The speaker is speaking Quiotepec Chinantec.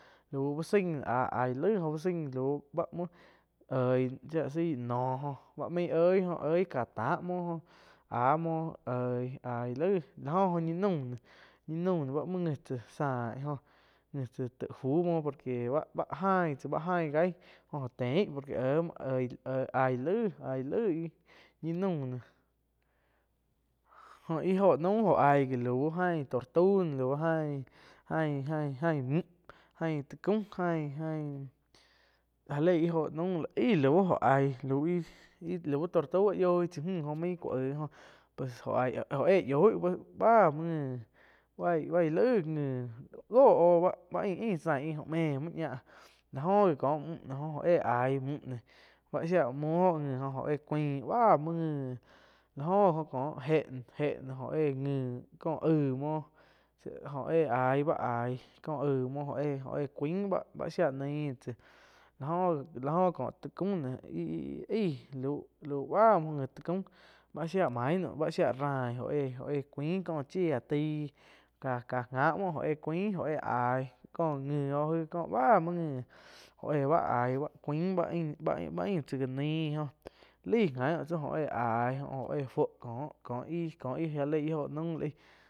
Lau úh sain noh aih- aih laig lau lau báh oig shía la zaih nooh báh main oíh oh ká tah muo áh muo oih aig laih la oh jó ñi naum ñi naum noh báh muo nji tsá naíh jóh tai fu muoh kie bá-bá ain tsa tsi jaig óh tein por que émuo eig-eig aig laih íh ñi naum. Jó íh óho naum óh aig lau ain tortau no lau aain ain-ain-ain tá kaum ain-ain já leí ih jó naum ahí lau jó aih lau íh lau tortau yoih chai müh jo main ku aig jóh pues oh aih oh éh yoíh, báh muoh nji bai-bai laig gö oh bá ain-ain sain aíh méh muoh ñah láh oh gi ko müh óh éh aíh müh báh shía múo nji oh éh cuain bá muoh nji lá oh gi kóh éh éh noh oh éh nji kóh aig muoh tsi oh éh aih bá aih có aig muoh óh éh cuain báh shái nain tsá la oh gi kóh tá kaum ih-ih aih lau báh muoh nji báh shiá main naum báh shia rain óh éh cuain kó chía taih ka-ka gamuo óh cuain oh aíh kó nji oh aig báh muo nji oh éh bá aih báh cuain báh-báh ain tsáh ga nain laig gau tsi oh aig óh éh fuó kóh, ko ih ga lei íh óho naum la aig.